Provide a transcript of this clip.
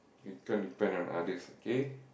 you can't depend on others okay